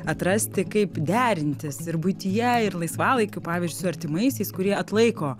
atrasti kaip derintis ir buityje ir laisvalaikiu pavyzdžiui su artimaisiais kurie atlaiko